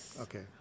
okay